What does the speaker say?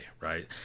right